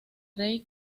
rey